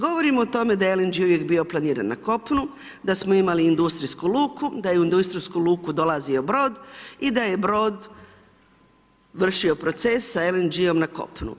Govorimo o tome da je LNG uvijek bio planiran na kopnu, da smo imali industrijsku luku, da je u industrijsku luku dolazio brod i da je brod vršio proces sa LNG-om na kopnu.